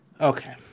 okay